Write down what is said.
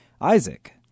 Isaac